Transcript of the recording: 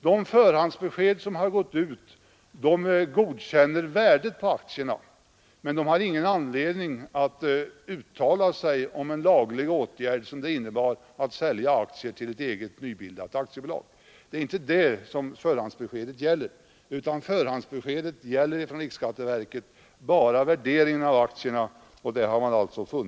De förhandsbesked som gått ut innebär godkännande av värdet på aktierna, däremot inte något uttalande om lagligheten i en sådan åtgärd som att t.ex. sälja aktierna till ett nybildat aktiebolag. Förhandsbeskeden från riksskatteverket gäller sålunda bara värderingen av aktierna.